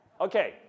Okay